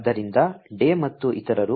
ಆದ್ದರಿಂದ ಡೇ ಮತ್ತು ಇತರರು